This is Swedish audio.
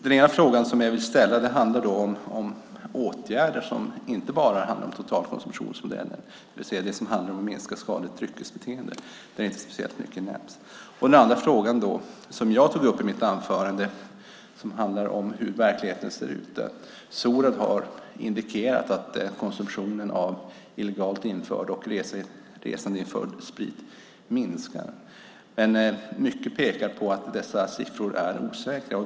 Den ena frågan som jag vill ställa gäller åtgärder som inte bara handlar om totalkonsumtionsmodellen, det vill säga det som handlar om att minska ett skadligt dryckesbeteende, där inte speciellt mycket nämns. Den andra frågan, som jag tog upp i mitt anförande, handlar om hur verkligheten ser ut. Sorad har indikerat att konsumtionen av illegalt införd och resandeinförd sprit minskar. Men mycket pekar på att dessa siffror är osäkra.